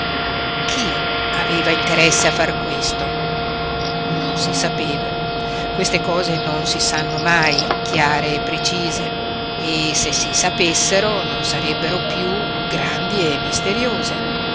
chi aveva interesse a far questo non si sapeva queste cose non si sanno mai chiare e precise e se si sapessero non sarebbero piú grandi e misteriose